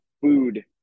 food